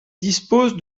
dispose